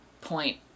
point